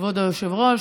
כבוד היושב-ראש,